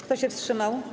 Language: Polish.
Kto się wstrzymał?